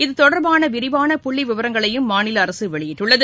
இதுதொடர்பான விரிவான புள்ளி விவரங்களையும் மாநில அரசு வெளியிட்டுள்ளது